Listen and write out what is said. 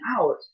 out